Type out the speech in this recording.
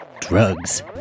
drugs